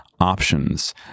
options